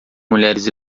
mulheres